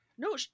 No